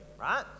right